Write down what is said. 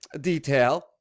detail